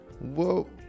Whoa